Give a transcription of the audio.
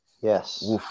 Yes